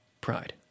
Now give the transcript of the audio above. pride